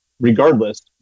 regardless